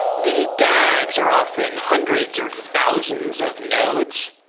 the dags are often hundreds or thousands of nodes.